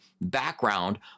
background